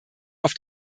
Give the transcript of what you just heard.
auf